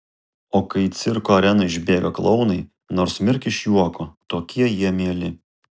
o kai į cirko areną išbėga klounai nors mirk iš juoko tokie jie mieli